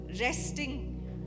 resting